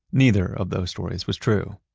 neither of those stories was true.